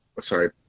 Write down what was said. Sorry